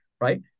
right